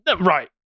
Right